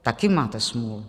Taky máte smůlu.